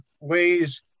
ways